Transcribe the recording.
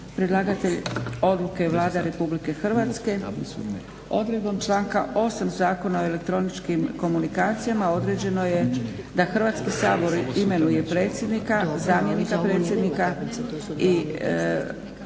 Predlagatelj odluke je Vlada RH. Odredbom članka 8. Zakona o elektroničkim komunikacijama određeno je da Hrvatski sabor imenuje predsjednika, zamjenika predsjednika i